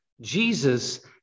Jesus